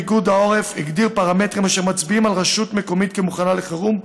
פיקוד העורף הגדיר פרמטרים אשר מצביעים על רשות מקומיות כמוכנה לחירום,